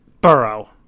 Burrow